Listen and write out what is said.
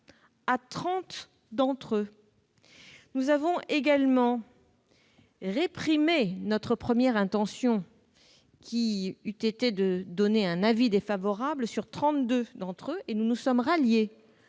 30 d'entre eux. Nous avons également réprimé notre première intention, qui eût été de donner un avis défavorable, pour 32 d'entre eux, et nous nous sommes ralliés